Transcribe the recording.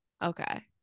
Okay